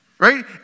right